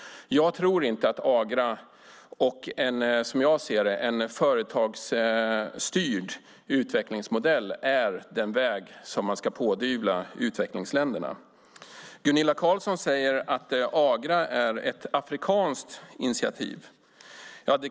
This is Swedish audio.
Jag tror inte att Agra och, som jag ser det, en företagsstyrd utvecklingsmodell är det som man ska pådyvla utvecklingsländerna. Gunilla Carlsson säger att Agra är ett afrikanskt initiativ.